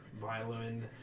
violin